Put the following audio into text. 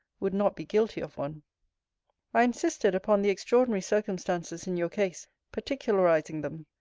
would not be guilty of one i insisted upon the extraordinary circumstances in your case particularizing them.